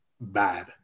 bad